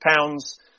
pounds